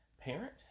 parent